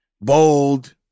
bold